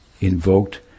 invoked